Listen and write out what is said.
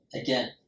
Again